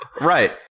Right